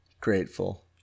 grateful